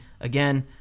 again